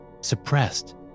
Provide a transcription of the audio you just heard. suppressed